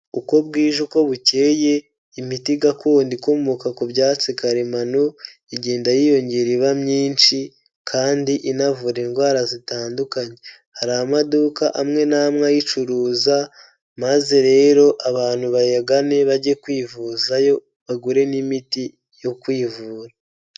Uko bwije, uko bukeye imiti gakondo ikomoka ku byatsi karemano igenda yiyongera iba myinshi kandi inavura indwara zitandukanye. Hari amaduka amwe n'amwe ayicuruza maze rero abantu bayagane bajye kwivuzayo, bagure n'imiti yo kwivura.